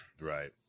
Right